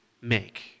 make